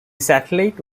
satellite